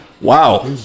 Wow